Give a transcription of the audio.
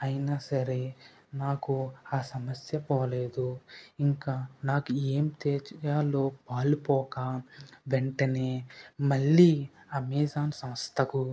అయినా సరే నాకు ఆ సమస్య పోలేదు ఇంక నాకు ఏం చెయ్యాలో పాలుపోక వెంటనే మళ్ళీ అమెజాన్ సంస్థకు